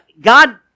God